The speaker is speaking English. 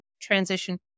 transition